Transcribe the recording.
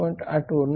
8 वरून 6